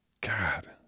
God